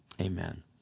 amen